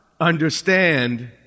understand